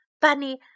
Bunny